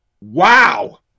Wow